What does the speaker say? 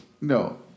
No